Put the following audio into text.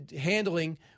handling